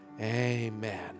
Amen